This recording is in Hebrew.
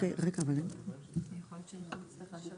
הרלוונטיים שהם בתשלום רבעוני ולא שנתי,